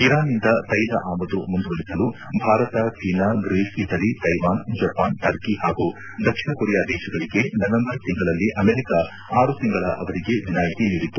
ಇರಾನ್ನಿಂದ ತ್ವೆಲ ಆಮದು ಮುಂದುವರಿಸಲು Bharat China Greece Italy Taiwan Japan Turkey ಹಾಗೂ ದಕ್ಷಿಣ ಕೊರಿಯಾ ದೇಶಗಳಿಗೆ ನವೆಂಬರ್ ತಿಂಗಳಲ್ಲಿ ಅಮೆರಿಕ ಆರು ತಿಂಗಳ ಅವಧಿಗೆ ವಿನಾಯಿತಿ ನೀದಿತ್ತು